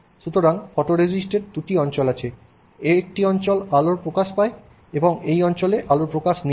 সুতরাং ফটোরেজিস্ট এর দুটি অঞ্চল আছে একটি অঞ্চল আলোর প্রকাশ পায় অন্য অঞ্চলে আলোর প্রকাশ নেই